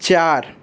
চার